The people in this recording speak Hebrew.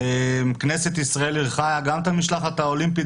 כנסת ישראל אירחה גם את המשלחת האולימפית